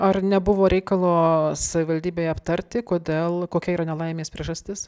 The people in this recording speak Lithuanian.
ar nebuvo reikalo savivaldybėj aptarti kodėl kokia yra nelaimės priežastis